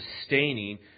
sustaining